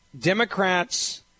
Democrats